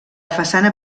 façana